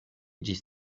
ĝis